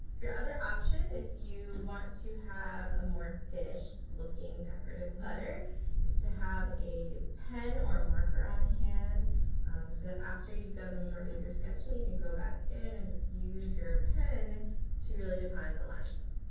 your other option if you want to have a more finished looking decorative letter is to have a pen or marker on hand so that after you've done the majority of your sketching you can go back in and just use your pen to really define the lines.